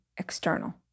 external